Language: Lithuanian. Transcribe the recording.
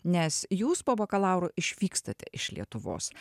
nes jūs po bakalauro išvykstate iš lietuvos